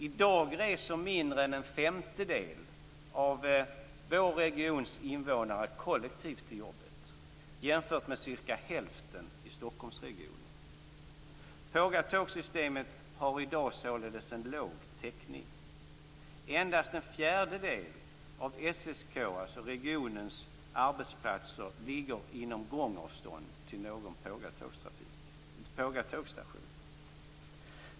I dag reser mindre än en femtedel av vår regions invånare kollektivt till jobbet, jämfört med ca hälften i Stockholmsregionerna. Pågatågssystemet har i dag således en låg täckning. Endast en fjärdedel av regionens arbetsplatser ligger inom gångavstånd till någon pågatågsstation.